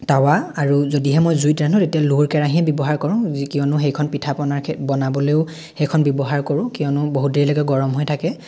তাৱা আৰু যদিহে মই জুইত ৰান্ধো তেতিয়া লোৰ কেৰাহী ব্যৱহাৰ কৰোঁ যি কিয়নো সেইখন পিঠাপনা বনাবলৈও সেইখন ব্যৱহাৰ কৰোঁ কিয়নো বহুত দেৰিলৈকে গৰম হৈ থাকে